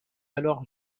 alors